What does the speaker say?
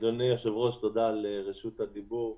אדוני היושב-ראש, תודה על רשות הדיבור.